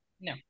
No